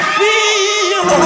feel